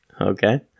Okay